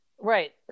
right